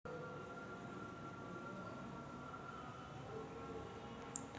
लक्षणीय प्रक्रिया करून बिया पिकल्यानंतर सुकवल्या जातात